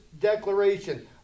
declaration